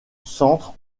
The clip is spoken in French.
centre